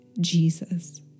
Jesus